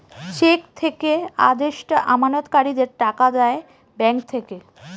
check থেকে আদেষ্টা আমানতকারীদের টাকা দেয় ব্যাঙ্ক থেকে